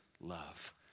love